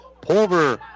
Pulver